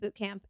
bootcamp